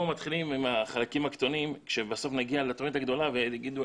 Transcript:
פה מתחילים עם החלקים הקטנים כשבסוף נגיע לתוכנית הגדולה ויגידו,